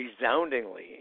resoundingly